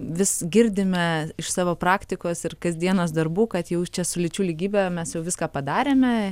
vis girdime iš savo praktikos ir kasdienos darbų kad jau čia su lyčių lygybe mes jau viską padarėme